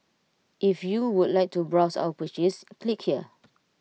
if you would like to browse or purchase click here